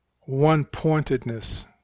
one-pointedness